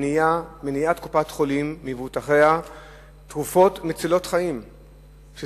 מניעת תרופות מצילות חיים על-ידי קופת-חולים ממבוטחיה,